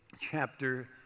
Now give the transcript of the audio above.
chapter